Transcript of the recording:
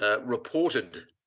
reported